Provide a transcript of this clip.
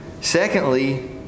Secondly